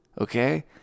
okay